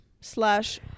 slash